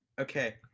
Okay